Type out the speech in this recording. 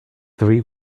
three